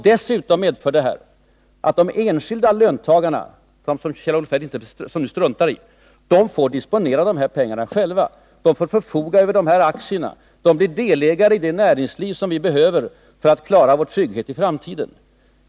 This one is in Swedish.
Dessutom medför det här sparandet att de enskilda löntagarna, som Kjell-Olof Feldt struntar i, får disponera pengarna själva. De får förfoga över de här aktierna. De blir delägare i det näringsliv som vi behöver för att klara vår trygghet i framtiden.